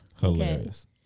Hilarious